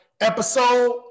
episode